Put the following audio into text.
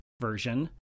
version